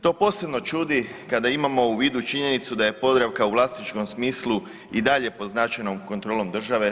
To posebno čudi kada imamo u vidu činjenicu da je Podravka u vlasničkom smislu i dalje pod značajnom kontrolom države.